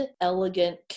elegant